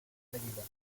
medida